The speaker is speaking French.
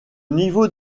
niveau